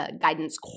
guidance